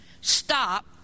stop